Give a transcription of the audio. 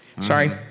Sorry